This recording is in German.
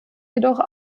jedoch